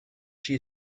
she